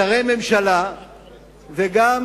שרי ממשלה וגם